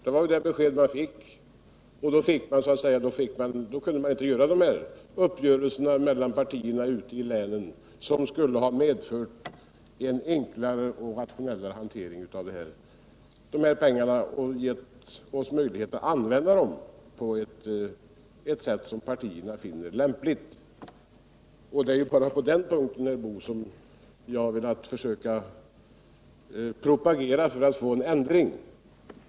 Det var det besked man fick, och då kunde man inte träffa dessa uppgörelser mellan partierna ute i länen som skulle ha medfört en mer enkel och rationell hantering av dessa pengar och gett oss möjlighet att använda dem på ett sätt som partierna finner lämpligt. Det är bara på den punkten, herr Boo, som jag velat propagera för en ändring.